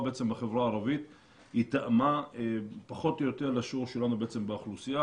בחברה הערבית תאמה פחות או יותר לשיעור שלנו באוכלוסייה,